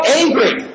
angry